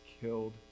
killed